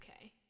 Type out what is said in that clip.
okay